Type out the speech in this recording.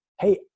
Hey